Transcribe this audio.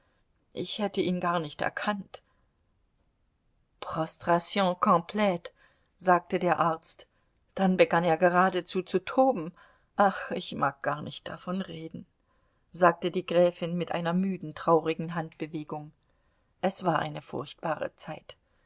ich hätte ihn gar nicht erkannt prostration complte sagte der arzt dann begann er geradezu zu toben ach ich mag gar nicht davon reden sagte die gräfin mit einer müden traurigen handbewegung es war eine furchtbare zeit